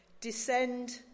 descend